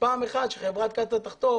שפעם אחת חברת קצ"א תחטוף